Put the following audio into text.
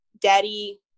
daddy